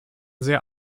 sehr